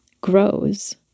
grows